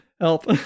help